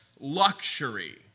luxury